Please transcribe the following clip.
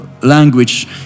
language